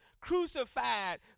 crucified